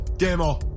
Demo